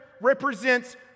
represents